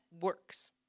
works